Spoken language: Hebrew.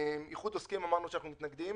איחוד עוסקים אמרנו שאנחנו מתנגדים.